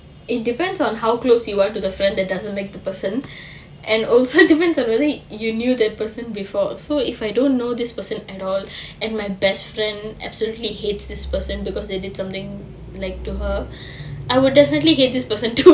it depends on how close you want to the friend that doesn't like the person and also depends on whether you knew that person before so if I don't know this person at all and my best friend absolutely hates this person because they did something like to her I would definitely hate this person too